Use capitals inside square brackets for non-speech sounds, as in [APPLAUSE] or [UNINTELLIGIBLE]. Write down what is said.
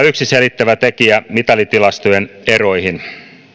[UNINTELLIGIBLE] yksi selittävä tekijä mitalitilastojen eroihin